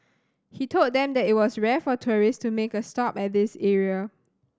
he told them that it was rare for tourists to make a stop at this area